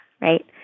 right